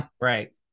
Right